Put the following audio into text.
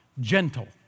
gentle